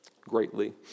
greatly